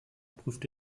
prüfte